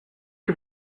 que